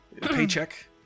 paycheck